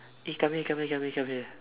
eh come here come here come here come here